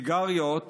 הסיגריות